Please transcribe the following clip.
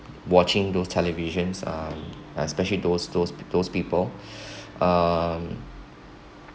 watching those televisions um especially those those those people um